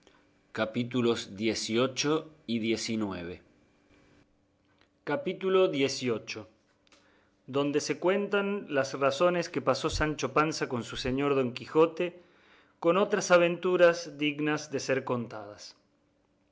estimaran en dos ardites capítulo xviii donde se cuentan las razones que pasó sancho panza con su señor don quijote con otras aventuras dignas de ser contadas